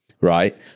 right